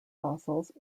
fossils